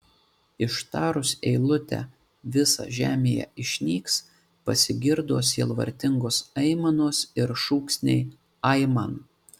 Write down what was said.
ištarus eilutę visa žemėje išnyks pasigirdo sielvartingos aimanos ir šūksniai aiman